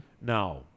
Now